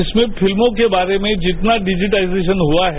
इसमें फिल्मों के बारे में जितना डिजिटाइजेशन हुआ है